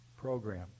program